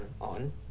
on